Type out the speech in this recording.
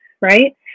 right